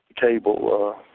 Cable